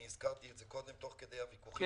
הזכרתי את זה קודם תוך כדי הוויכוחים.